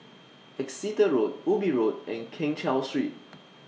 Exeter Road Ubi Road and Keng Cheow Street